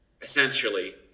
essentially